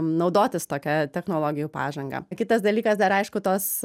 naudotis tokia technologijų pažanga kitas dalykas dar aišku tos